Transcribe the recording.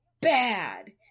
bad